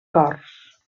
cors